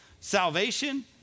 salvation